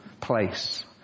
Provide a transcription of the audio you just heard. place